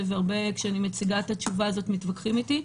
וכשאני מציגה את התשובה הזאת הרבה מתווכחים איתי.